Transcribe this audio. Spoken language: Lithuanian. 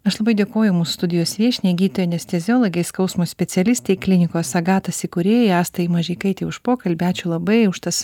aš labai dėkoju mūsų studijos viešniai gydytojai anesteziologei skausmo specialistei klinikos agatas įkūrėjai astai mažeikaitei už pokalbį ačiū labai už tas